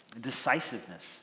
decisiveness